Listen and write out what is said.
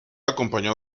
acompañó